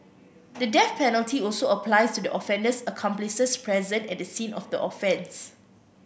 the death penalty also applies to the offender's accomplices present at the scene of the offence